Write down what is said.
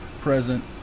present